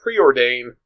preordain